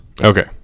Okay